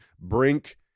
Brink